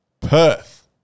Perth